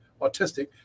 autistic